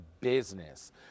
business